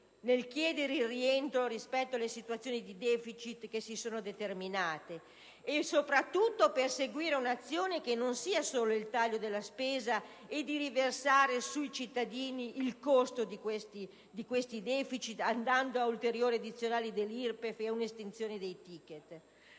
nel chiedere il rientro rispetto alle situazioni di deficit che si sono determinate e soprattutto di perseguire un'azione che non sia solo quella di un taglio della spesa o di riversare sui cittadini il costo di questi deficit*,* prevedendo ulteriori addizionali IRPEF o istituendo dei *ticket*.